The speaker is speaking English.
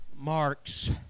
marks